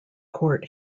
court